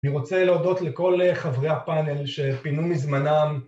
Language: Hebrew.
אני רוצה להודות לכל חברי הפאנל שפינו מזמנם